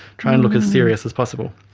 try and look as serious as possible.